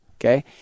okay